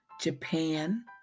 Japan